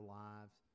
lives